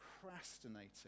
procrastinating